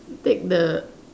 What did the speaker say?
take the